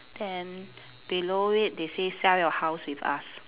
then below it they say sell your house with us